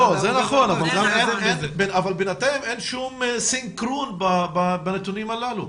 זה נכון, אבל בינתיים אין סנכרון בנתונים האלו.